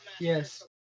Yes